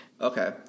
Okay